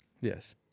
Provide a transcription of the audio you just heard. Yes